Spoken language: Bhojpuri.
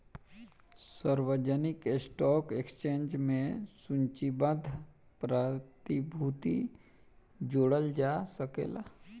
सार्वजानिक स्टॉक एक्सचेंज में सूचीबद्ध प्रतिभूति जोड़ल जा सकेला